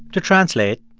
to translate,